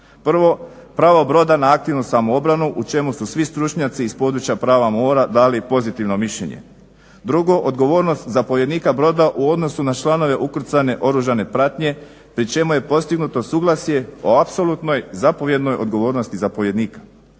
prvo, pravo broda na aktivnu samoobranu u čemu su svi stručnjaci iz područja prava mora dali pozitivno mišljenje. Drugo, odgovornost zapovjednika broda u odnosu na članove ukrcane oružane pratnje pri čemu je postignuto suglasje o apsolutnoj zapovjednoj odgovornosti zapovjednika.